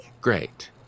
Great